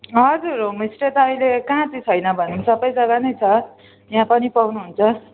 हजुर होमस्टे त अहिले कहाँ चाहिँ छैन भन्नु सबै जग्गा नै छ यहाँ पनि पाउनुहुन्छ